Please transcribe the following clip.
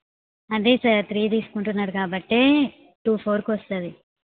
అదే sir three తీసుకుంటున్నారు కాబట్టే టూ ఫోర్కి వస్తుంది